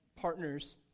partners